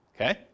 Okay